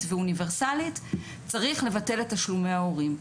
ואוניברסלית צריך לבטל את תשלומי ההורים.